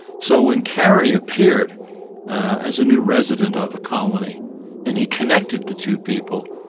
so when carrie appeared as a new resident of the colony and he connected the two people,